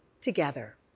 together